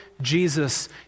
Jesus